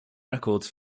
records